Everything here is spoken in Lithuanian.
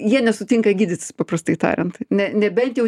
jie nesutinka gydytis paprastai tariant ne nebent jau